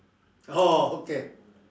orh okay